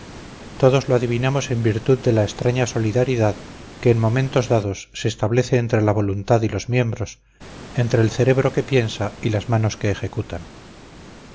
todos lo adivinamos en virtud de la extraña solidaridad que en momentos dados se establece entre la voluntad y los miembros entre el cerebro que piensa y las manos que ejecutan